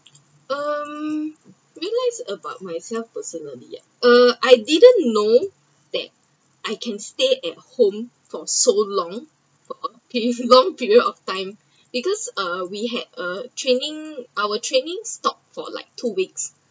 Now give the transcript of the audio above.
um realised about myself personally ah uh I didn’t know that I can stay at home for so long for long period of time because uh we had a training our training stopped for like two weeks